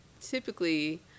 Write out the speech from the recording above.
typically